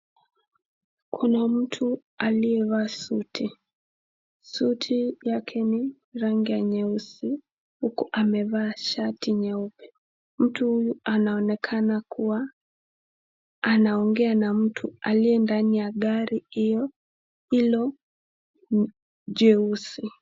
Kuna mtu aliyevaa suti. Suti yake ni rangi ya nyeusi uku amevaa shati nyeupe. Mtu huyu anaonekana kuwa anaongea na mtu aliye ndani ya gari hilo jeusi.